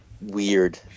weird